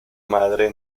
madre